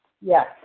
Yes